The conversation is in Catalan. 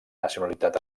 nacionalitat